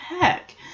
heck